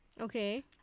okay